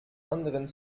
anderen